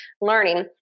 learning